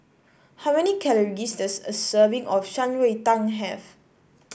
how many calories does a serving of Shan Rui Tang have